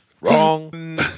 Wrong